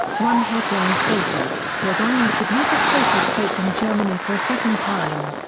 one headline stated ladany could not escape his fate in germany for a second time.